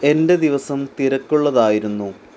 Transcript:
എന്റെ ദിവസം തിരക്കുള്ളതായിരുന്നു